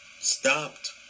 stopped